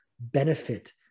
benefit